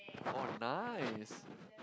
oh nice